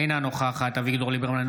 אינה נוכחת אביגדור ליברמן,